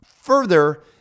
further